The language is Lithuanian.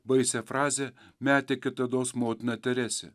baisiąją frazę metė kitados motina teresė